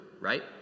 right